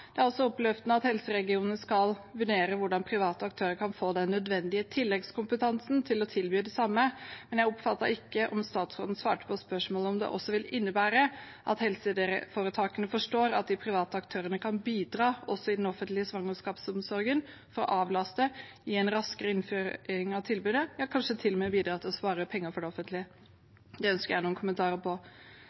Det er også oppløftende at helseregionene skal vurdere hvordan private aktører kan få den nødvendige tilleggskompetansen til å tilby det samme, men jeg oppfattet ikke om statsråden svarte på spørsmålet om det også vil innebære at helseforetakene forstår at de private aktørene kan bidra også i den offentlige svangerskapsomsorgen ved å avlaste så det kan bli en raskere innføring av tilbudet, ja, kanskje de til og med kan bidra til å spare det offentlige for penger. Det ønsker jeg noen kommentarer på.